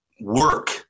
work